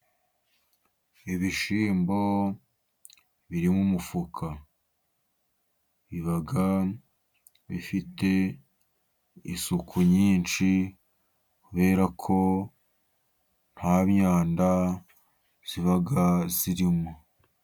Ibishyimbo biri mu mufuka biba bifite isuku nyinshi, kubera ko nta myanda iba irimo.